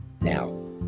Now